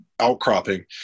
Outcropping